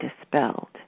dispelled